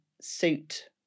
suit